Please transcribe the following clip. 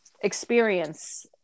experience